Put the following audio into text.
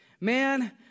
man